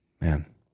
Man